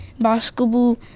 basketball